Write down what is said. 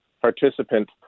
participant